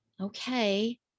okay